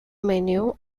menu